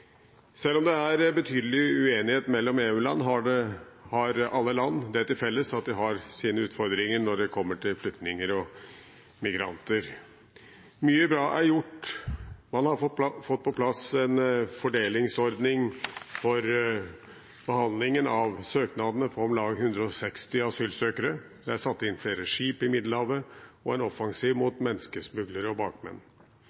Selv om det er betydelig uenighet mellom EU-land, har alle land det til felles at de har sine utfordringer når det kommer til flyktninger og migranter. Mye bra er gjort: Man har fått på plass en fordelingsordning for behandlingen av søknadene fra om lag 160 000 asylsøkere. Det er satt inn flere skip i Middelhavet og en offensiv mot menneskesmuglere og bakmenn.